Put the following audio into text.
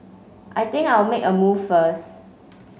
I think I'll make a move first